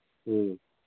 ꯎꯝ